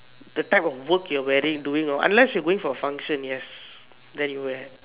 that type of work you're wearing doing ah unless you're going for function yes then you wear